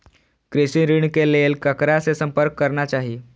कृषि ऋण के लेल ककरा से संपर्क करना चाही?